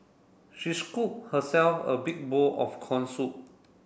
she scoop herself a big bowl of corn soup